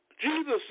Jesus